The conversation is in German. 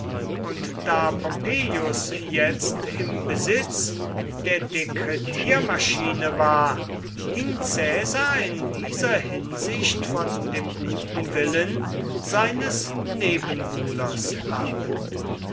und da pompeius jetzt im besitz der dekretiermaschine war hing caesar in dieser hinsicht von dem guten willen seines nebenbuhlers ab